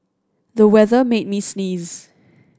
the weather made me sneeze